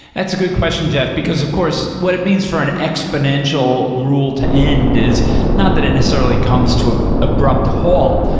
that's a good question jeff, because of course what it means for an exponential rule to end is not that it necessarily comes to ah abrupt halt,